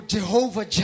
Jehovah